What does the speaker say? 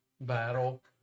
battle